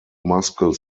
muscle